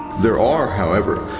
there are, however,